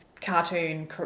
cartoon